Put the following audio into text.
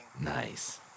Nice